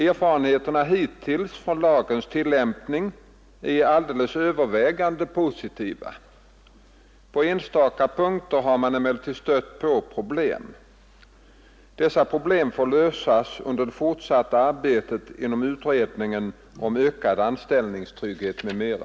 Erfarenheterna hittills från lagens tillämpning är alldeles övervägande positiva. På enstaka punkter har man emellertid stött på problem. Dessa problem får lösas under det fortsatta arbetet inom utredningen om ökad anställningstrygghet m.m.